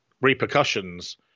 repercussions